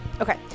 Okay